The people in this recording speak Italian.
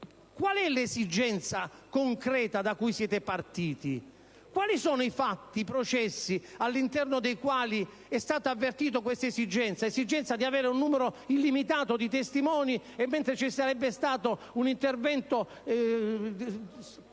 Qual è l'esigenza concreta da cui siete partiti? Quali sono i fatti, i processi all'interno dei quali è stata avvertita l'esigenza di avere un numero illimitato di testimoni, mentre ci sarebbe stato un intervento